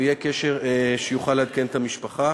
ויהיה קשר שיוכל לעדכן את המשפחה.